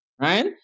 right